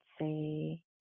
say